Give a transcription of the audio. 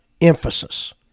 emphasis